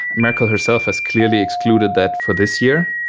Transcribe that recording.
merkel herself has clearly excluded that for this year.